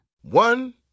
One